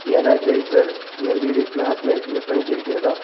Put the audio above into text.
Energizer LED flashlight விற்பனைக்கு இருக்கிறதா